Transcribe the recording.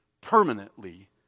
permanently